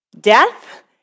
Death